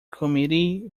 committee